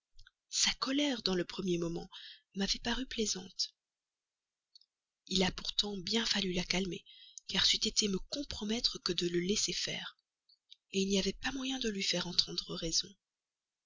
sa colère dans le premier moment m'avait paru plaisante il a pourtant bien fallu la calmer car c'eût été me compromettre que de le laisser faire il n'y avait pas moyen de lui faire entendre